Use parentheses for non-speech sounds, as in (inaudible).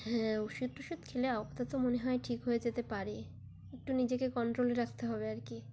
হ্যাঁ ওষুধ টষুধ খেলে (unintelligible) তো মনে হয় ঠিক হয়ে যেতে পারে একটু নিজেকে কন্ট্রোলে রাখতে হবে আর কি